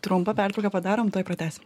trumpą pertrauką padarom tuoj pratęsim